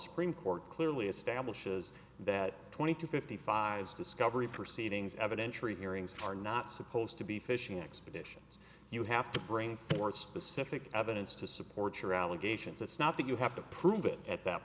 supreme court clearly establishes that twenty to fifty five's discovery proceedings evidentiary hearings are not supposed to be fishing expeditions you have to bring forth specific evidence to support your allegations it's not that you have to prove it at that